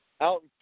out